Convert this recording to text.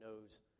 knows